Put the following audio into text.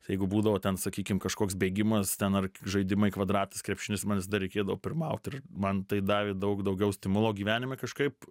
tai jeigu būdavo ten sakykim kažkoks bėgimas ten ar žaidimai kvadratas krepšinis man visada reikėdavo pirmaut ir man tai davė daug daugiau stimulo gyvenime kažkaip